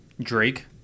Drake